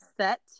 set